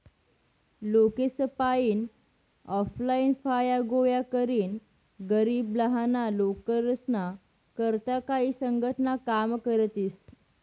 लोकेसपायीन ऑनलाईन फाया गोया करीन गरीब लहाना लेकरेस्ना करता काई संघटना काम करतीस